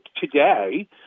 today